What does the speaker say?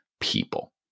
people